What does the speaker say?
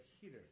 heater